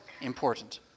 important